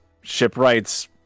shipwrights